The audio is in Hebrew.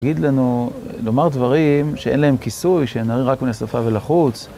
תגיד לנו, לומר דברים שאין להם כיסוי, שהם רק מן השפה ולחוץ.